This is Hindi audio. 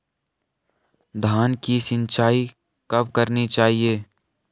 धान की सिंचाईं कब कब करनी चाहिये?